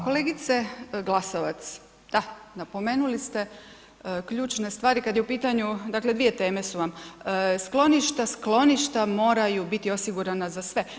Kolegice Glasovac, da napomenuli ste ključne stvari kad je u pitanju, dakle 2 teme su vam, skloništa, skloništa moraju biti osigurana za sve.